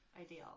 ideal